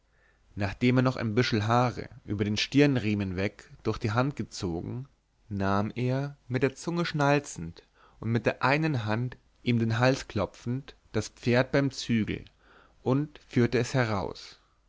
nachdem er noch ein büschel haare über den stirnriemen weg durch die hand gezogen nahm er mit der zunge schnalzend und mit der einen hand ihm den hals klopfend das pferd beim zügel und führte es heraus